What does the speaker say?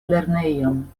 lernejon